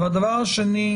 הדבר השני,